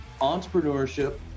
entrepreneurship